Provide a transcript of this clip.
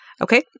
Okay